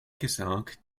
gesagt